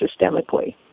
systemically